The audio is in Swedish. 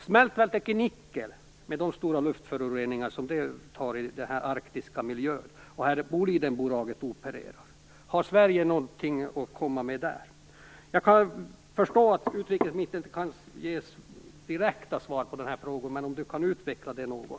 Smältverket i Nikel, där Bolidenbolaget opererar, förorsakar stora luftföroreningar i den arktiska miljön. Har Sverige något att komma med i det avseendet? Jag kan förstå att utrikesministern inte kan ge några direkta svar på mina frågor, men hon kanske kan utveckla dem något.